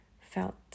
felt